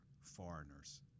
foreigners